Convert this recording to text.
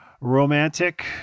romantic